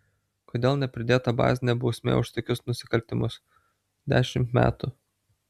kodėl nepridėta bazinė bausmė už tokius nusikaltimus dešimt metų